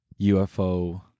UFO